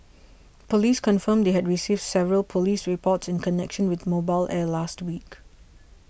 police confirmed they had received several police reports in connection with Mobile Air last week